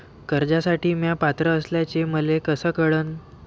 कर्जसाठी म्या पात्र असल्याचे मले कस कळन?